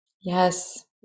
Yes